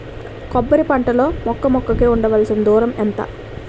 కొబ్బరి పంట లో మొక్క మొక్క కి ఉండవలసిన దూరం ఎంత